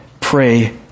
pray